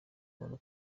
umuntu